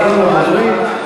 אחרון הדוברים,